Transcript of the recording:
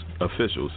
officials